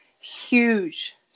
huge